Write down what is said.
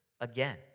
again